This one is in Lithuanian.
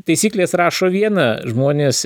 taisyklės rašo viena žmonės